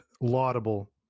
laudable